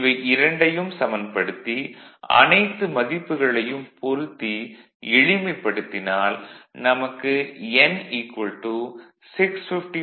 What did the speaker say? இவை இரண்டையும் சமன்படுத்தி அனைத்து மதிப்புகளையும் பொருத்தி எளிமைப்படுத்தினால் நமக்கு n 655